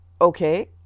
Okay